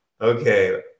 Okay